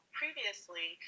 previously